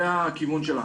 זה הכיוון שלנו.